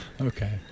Okay